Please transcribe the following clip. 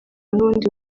n’ubundi